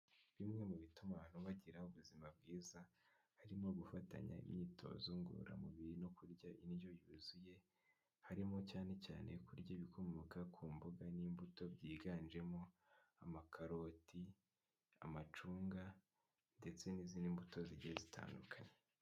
Bimwe mu bituma abantu bagira ubuzima bwiza harimo gufatanya imyitozo ngororamubiri no kurya indyo yuzuye, harimo cyane cyane kurya ibikomoka ku mbuga n'imbuto, byiganjemo amakaroti, amacunga ndetse n'izindi mbuto zigiye zitandukanye.